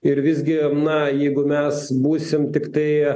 ir visgi na jeigu mes būsim tiktai